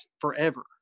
forever